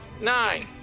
Nine